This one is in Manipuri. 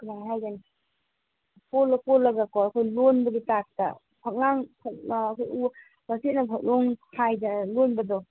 ꯀꯃꯥꯏꯅ ꯍꯥꯏꯒꯅꯤ ꯀꯣꯜꯂ ꯀꯣꯜꯂꯒꯀꯣ ꯑꯩꯈꯣꯏ ꯂꯣꯟꯕꯒꯤ ꯇꯥꯏꯞꯇ ꯐꯛꯂꯥꯡ ꯑꯩꯈꯣꯏ ꯎ ꯋꯥꯆꯦꯠꯅ ꯐꯛꯂꯣꯡ ꯂꯣꯟꯕꯗꯣ